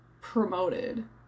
promoted